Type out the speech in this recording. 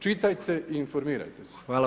Čitajte i informirajte se.